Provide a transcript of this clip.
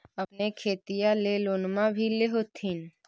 अपने खेतिया ले लोनमा भी ले होत्थिन?